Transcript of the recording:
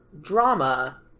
drama